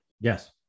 yes